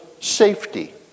safety